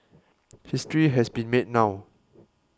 history has been made now